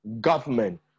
government